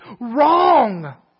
wrong